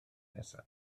nesaf